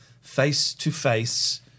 face-to-face